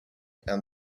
and